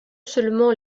seulement